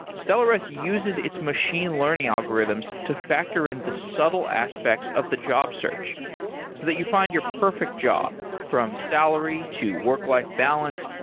stellares uses its machine learning algorithms to factor in the subtle aspects of the job search so that you find your perfect job, from salary, to work-life balance,